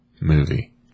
movie